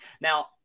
now